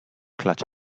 clutch